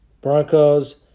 Broncos